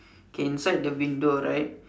k inside the window right